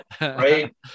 Right